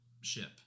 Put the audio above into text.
ship